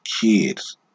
kids